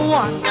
one